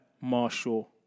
Marshall